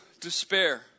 despair